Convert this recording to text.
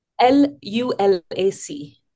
L-U-L-A-C